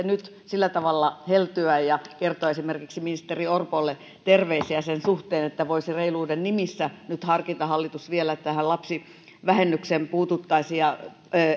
nyt sillä tavalla heltyä ja kertoa esimerkiksi ministeri orpolle terveisiä sen suhteen että voisi reiluuden nimissä nyt harkita hallitus vielä että tähän lapsivähennykseen puututtaisiin